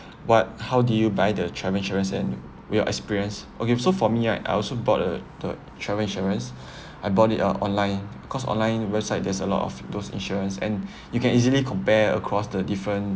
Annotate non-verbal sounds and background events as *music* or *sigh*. what how did you buy the travel insurance and your experience okay so for me right I also bought a the travel insurance *breath* I bought it uh online cause online website there's a lot of those insurance and *breath* you can easily compare across the different